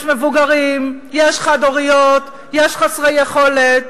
ויש מבוגרים, יש חד-הוריות, יש חסרי יכולת,